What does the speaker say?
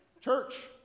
Church